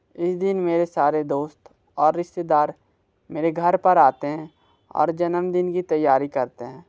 इस दिन मेरे सारे दोस्त और रिश्तेदार मेरे घर पर आते हैं और जन्मदिन की तैयारी करते हैं